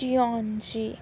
ਚਿਓਜੀ